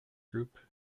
group